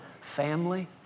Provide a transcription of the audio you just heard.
family